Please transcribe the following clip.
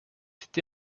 été